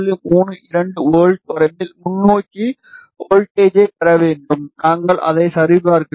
32 volt வரம்பில் முன்னோக்கி வோல்ட்டேஜை பெற வேண்டும் நாங்கள் அதை சரிபார்க்கிறோம்